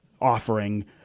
offering